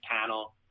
panel